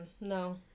no